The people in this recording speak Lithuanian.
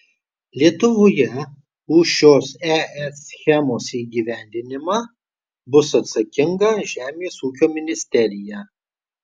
lietuvoje už šios es schemos įgyvendinimą bus atsakinga žemės ūkio ministerija